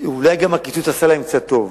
אולי הקיצוץ עשה להם קצת טוב.